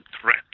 threat